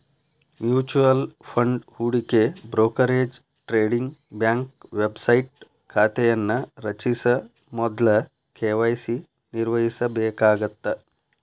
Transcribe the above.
mutual fund ಹೂಡಿಕೆ brokerage trading bank website ಖಾತೆಯನ್ನ ರಚಿಸ ಮೊದ್ಲ ಕೆ.ವಾಯ್.ಸಿ ನಿರ್ವಹಿಸಬೇಕಾಗತ್ತ